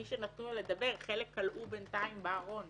מי שנתנו לו לדבר, חלק כלאו בינתיים בארון